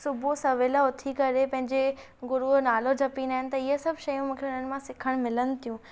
सुबुहु सवेल उथी करे पंहिंजे गुरूअ जो नालो जपींदा आहिनि त इहे सभु शयूं हुननि मां सिखणु मिलनि थियूं